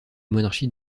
monarchie